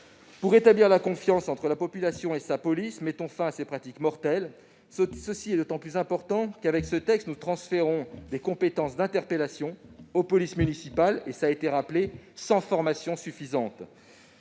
Pour rétablir la confiance entre la population et sa police, mettons fin à ces pratiques mortelles. C'est d'autant plus important qu'avec ce texte nous transférons des compétences d'interpellation aux polices municipales, et ce sans formation suffisante.